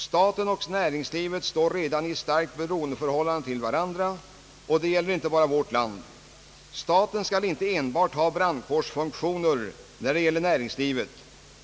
Staten och näringslivet står redan i ett starkt beroendeförhållande till varandra och det gäller inte bara vårt land. Staten skall inte enbart ha ”brandkårsfunktioner” när det gäller nä ringslivet.